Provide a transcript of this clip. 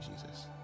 Jesus